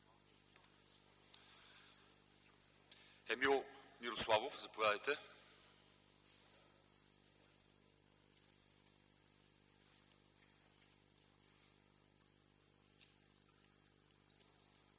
Емил Мирославов. Заповядайте.